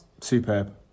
Superb